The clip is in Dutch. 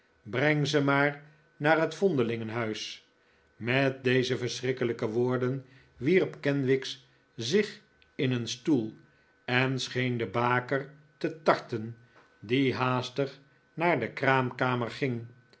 breng ze maar naar het vondelingenhuis met deze verschrikkelijke woorden wierp kenwigs zich in een stoel en scheen de baker te tarten die haastig naar de kraamkamer ging